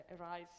arise